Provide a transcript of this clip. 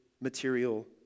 material